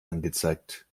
angezeigt